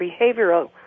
behavioral